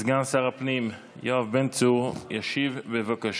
סגן שר הפנים יואב בן צור ישיב, בבקשה.